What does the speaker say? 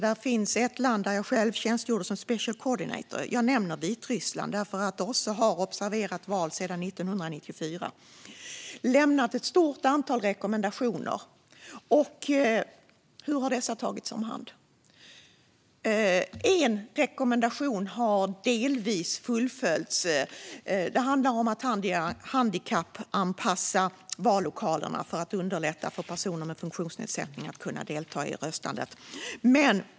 Jag tjänstgjorde själv som special coordinator i Vitryssland. Jag nämner detta land för att OSSE har observerat val där sedan 1994 och lämnat ett stort antal rekommendationer. Hur har dessa tagits om hand? En rekommendation har delvis fullföljts. Det handlar om att handikappanpassa vallokalerna för att underlätta för personer med funktionsnedsättning att delta i röstandet.